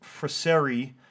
Fraseri